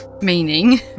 meaning